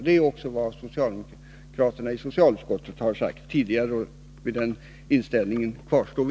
Det är även vad socialdemokraterna i socialutskottet tidigare har sagt, och vid den inställningen kvarstår vi.